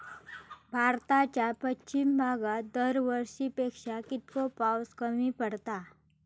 भारताच्या पश्चिम भागात दरवर्षी पेक्षा कीतको पाऊस कमी पडता?